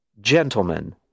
Gentlemen